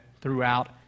throughout